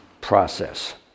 process